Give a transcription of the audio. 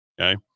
Okay